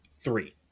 Three